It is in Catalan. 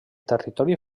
territori